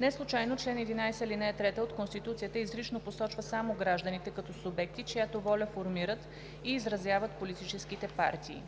Неслучайно чл. 11, ал. 3 от Конституцията изрично посочва само гражданите като субекти, чиято воля формират и изразяват политическите партии.